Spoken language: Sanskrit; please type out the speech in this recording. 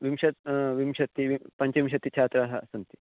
विंशत् विंशतिः वि पञ्चविंशतिः छात्राः सन्ति